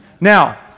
Now